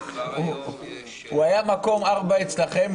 הוא היה מקום רביעי אצלכם,